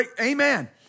Amen